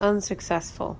unsuccessful